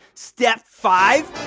step five?